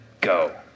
go